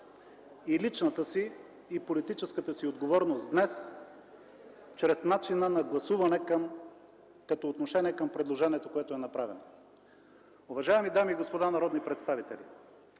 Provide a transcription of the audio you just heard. и личната си, и политическата си отговорност днес чрез начина на гласуване като отношение към предложението, което е направено. Уважаеми дами и господа народни представители,